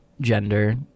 gender